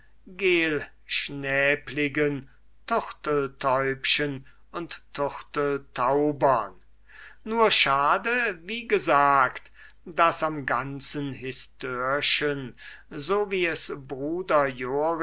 turteltäubchen und turteltaubern nur schade wie gesagt daß am ganzen histörchen so wie es